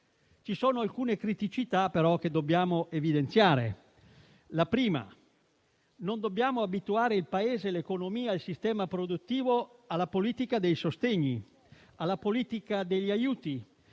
Ci sono però alcune criticità che dobbiamo evidenziare. La prima: non dobbiamo abituare il Paese, l'economia e il sistema produttivo alla politica dei sostegni, alla politica degli aiuti.